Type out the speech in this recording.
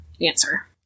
answer